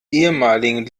ehemaligen